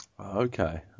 Okay